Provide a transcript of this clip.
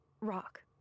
rock